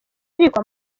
ariko